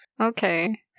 Okay